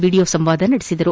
video ಸಂವಾದ ನಡೆಸಿದರು